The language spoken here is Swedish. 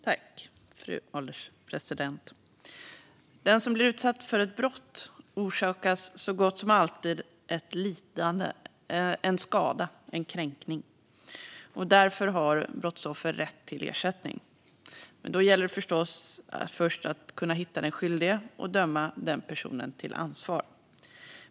Fru ålderspresident! Den som blir utsatt för ett brott orsakas så gott som alltid ett lidande, en skada och en kränkning. Därför har brottsoffer rätt till ersättning, men då gäller det förstås att först kunna hitta den skyldige och döma den personen till ansvar.